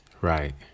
Right